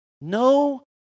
No